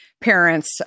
parents